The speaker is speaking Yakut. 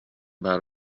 баар